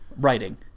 Writing